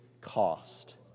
cost